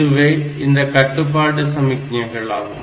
இதுவே அந்த கட்டுப்பாட்டு சமிக்ஞைகள் ஆகும்